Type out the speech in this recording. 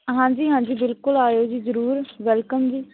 ਹਾਂਜੀ ਹਾਂਜੀ ਬਿਲਕੁਲ ਆਇਓ ਜੀ ਜ਼ਰੂਰ ਵੈਲਕਮ ਜੀ